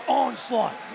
onslaught